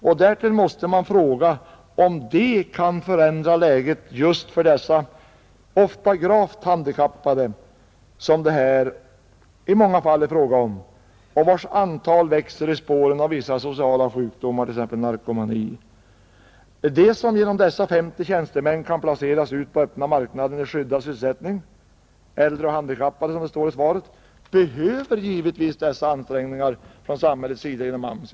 Man måste fråga om dessa tjänstemän kan förändra läget för de ofta gravt handikappade som det här i många fall är fråga om och vilkas antal växer i spåren av vissa sociala sjukdomar, t.ex. narkomani. De som genom dessa 50 tjänstemän kan placeras ut på öppna marknaden i skyddad sysselsättning — äldre och handikappade som det står i svaret — behöver givetvis dessa-ansträngningar från samhällets sida genom AMS.